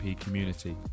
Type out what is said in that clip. community